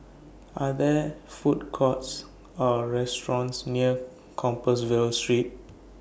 Are There Food Courts Or restaurants near Compassvale Street